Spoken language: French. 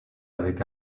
avec